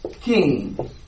king